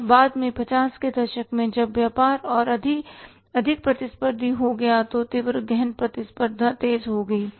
और बाद में 50 के दशक में जब व्यापार और अधिक प्रतिस्पर्धी हो गया तीव्र गहन प्रतिस्पर्धा तेज हो गई